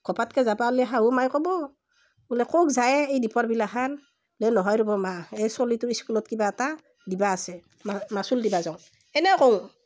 ঘপাতকে যাবা ওল্লি শাহু মাই ক'ব বোলে ক'ক যা এই এই দিপৰ বেলাখান এই নহয় ৰ'ব মা এই চ'লিটোৰ স্কুলত কিবা এটা দিবা আছে মাচুল দিবা যাওঁ এনেও কওঁ